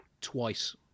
twice